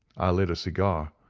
i lit a cigar,